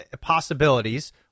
possibilities